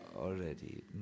already